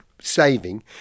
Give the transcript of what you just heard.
saving